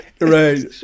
Right